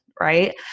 right